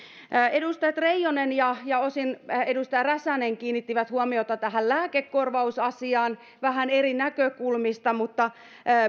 edustaja reijonen ja ja osin edustaja räsänen kiinnittivät huomiota lääkekorvausasiaan vähän eri näkökulmista